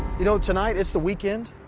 you know, tonight it's the weekend.